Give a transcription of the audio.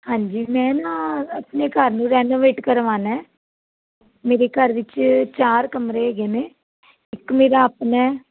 ਹਾਂਜੀ ਮੈਂ ਨਾ ਆਪਣੇ ਘਰ ਨੂੰ ਰੈਨੋਵੇਟ ਕਰਵਾਉਣਾ ਹੈ ਮੇਰੇ ਘਰ ਵਿੱਚ ਚਾਰ ਕਮਰੇ ਹੈਗੇ ਨੇ ਇੱਕ ਮੇਰਾ ਆਪਣਾ